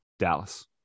dallas